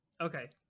Okay